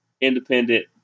independent